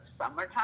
summertime